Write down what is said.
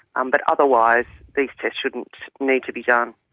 um but otherwise these tests shouldn't need to be done.